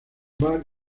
bart